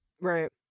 Right